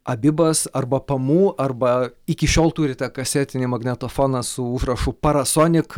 abibas arba pamu arba iki šiol turite kasetinį magnetofoną su užrašu parasonik